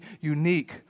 unique